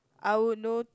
I would noti~